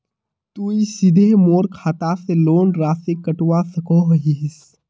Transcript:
तुई सीधे मोर खाता से लोन राशि कटवा सकोहो हिस?